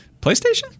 PlayStation